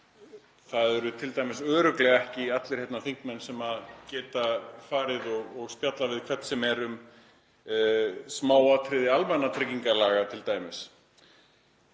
Það eru t.d. örugglega ekki allir þingmenn sem geta farið og spjallað við hvern sem er um smáatriði almannatryggingalaga.